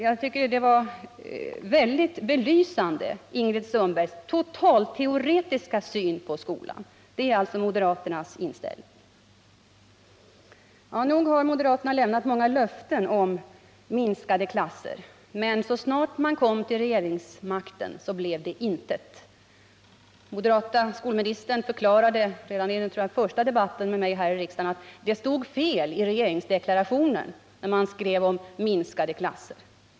Jag tycker Ingrid Sundbergs totalteoretiska syn på skolan var mycket belysande. Det är alltså moderaternas inställning. Nog har moderaterna lämnat många löften om minskade klasser, men så snart man kom till regeringsmakten blev därav intet. Den moderata skolministern förklarade att det stod fel i regeringsdeklarationen när den lovade minskade klasser.